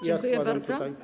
Dziękuję bardzo.